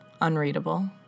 Unreadable